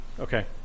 Okay